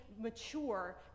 mature